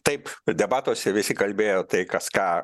taip debatuose visi kalbėjo tai kas ką